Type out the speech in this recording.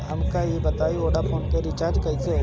हमका ई बताई कि वोडाफोन के रिचार्ज कईसे होला?